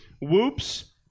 whoops